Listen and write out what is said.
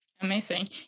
Amazing